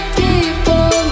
people